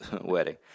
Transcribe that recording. wedding